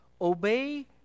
obey